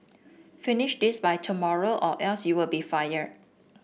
finish this by tomorrow or else you'll be fired